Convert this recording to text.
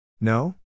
No